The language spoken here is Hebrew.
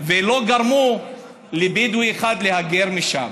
ולא גרמו לבדואי אחד להגר משם.